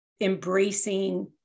embracing